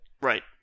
Right